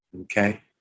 okay